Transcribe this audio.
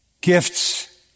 gifts